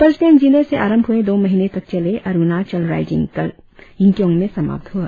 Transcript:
अपर सियांग जिले से आरंभ हुए और दो महीने तक चले अरुणाचल राईजिंग कल यिंगक्योंग में समाप्त हुआ